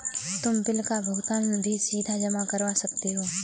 तुम बिल का भुगतान भी सीधा जमा करवा सकते हो